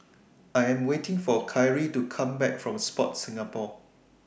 I Am waiting For Kyrie to Come Back from Sport Singapore